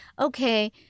okay